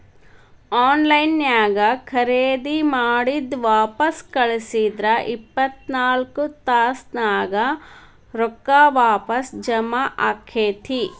on line ನ್ಯಾಗ್ ಖರೇದಿ ಮಾಡಿದ್ ವಾಪಸ್ ಕಳ್ಸಿದ್ರ ಇಪ್ಪತ್ನಾಕ್ ತಾಸ್ನ್ಯಾಗ್ ರೊಕ್ಕಾ ವಾಪಸ್ ಜಾಮಾ ಆಕ್ಕೇತಿ